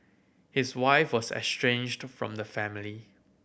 his wife was estranged from the family